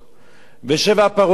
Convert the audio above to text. ושבע פרות שמנות,